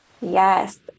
Yes